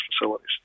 facilities